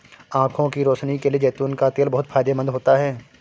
आंखों की रोशनी के लिए जैतून का तेल बहुत फायदेमंद होता है